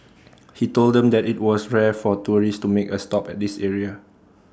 he told them that IT was rare for tourists to make A stop at this area